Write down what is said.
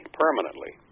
permanently